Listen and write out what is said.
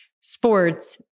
Sports